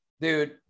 Dude